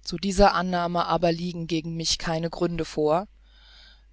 zu dieser annahme aber liegen gegen mich keine gründe vor